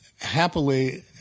Happily